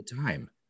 time